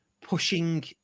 pushing